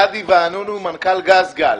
גדי ואנונו, מנכ"ל גזגל.